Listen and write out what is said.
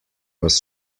was